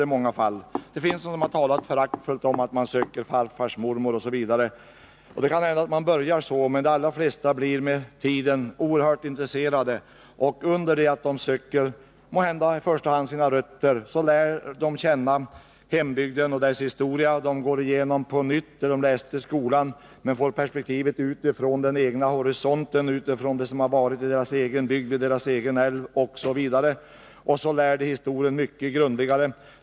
Det finns de som föraktfullt talar om att dessa människor forskar i vem som var deras farfars mormor, osv., och det kan nog hända att de börjar så, men de allra flesta blir med tiden oerhört intresserade, och under det att de måhända i första hand söker sina rötter lär de känna hembygden och dess historia. De går på nytt igenom det de läste i skolan men nu utifrån det egna perspektivet, med utgångspunkt i vad som varit i deras egen bygd, vid deras egen älv, osv. Så lär de historien mycket grundligare.